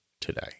today